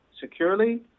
securely